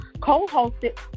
co-hosted